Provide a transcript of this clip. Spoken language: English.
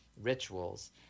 rituals